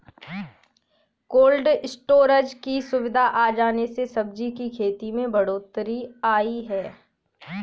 cold storage की सुविधा आ जाने से सब्जी की खेती में बढ़ोत्तरी आई है